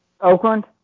oakland